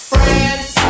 Friends